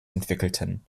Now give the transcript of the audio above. entwickelten